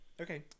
Okay